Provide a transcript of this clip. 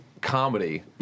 comedy